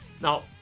Now